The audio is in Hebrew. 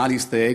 מה להסתייג,